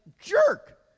jerk